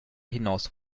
hinaus